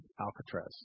Alcatraz